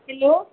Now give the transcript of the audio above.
hello